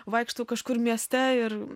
vaikštau kažkur mieste ir